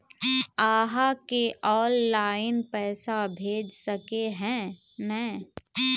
आहाँ के ऑनलाइन पैसा भेज सके है नय?